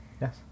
Yes